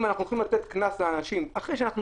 אם אנחנו הולכים לתת קנס לאנשים אחרי שאנחנו